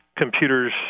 computers